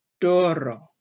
doro